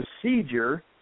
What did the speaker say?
procedure